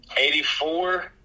84